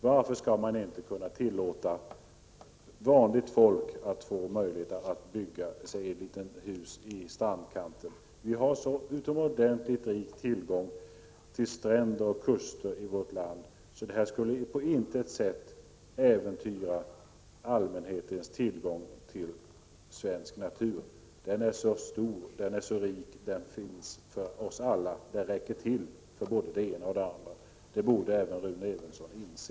Varför skall vanligt folk inte tillåtas bygga ett litet hus vid strandkanten? Det finns en sådan utomordentlig rik tillgång till stränder och kuster i vårt land att det på intet sätt skulle äventyra allmänhetens tillgång till svensk natur. Den är så stor och rik och finns för oss alla. Den räcker till för både det och det andra — det borde även Rune Evensson inse.